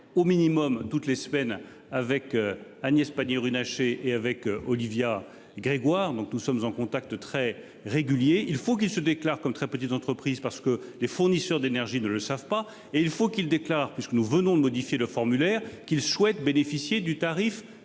au minimum toutes les semaines avec Agnès Pannier-Runacher et avec Olivia Grégoire. Donc nous sommes en contact très régulier, il faut qu'il se déclare comme très petites entreprises, parce que les fournisseurs d'énergie ne le savent pas et il faut qu'il déclare puisque nous venons de modifier le formulaire qu'ils souhaitent bénéficier du tarif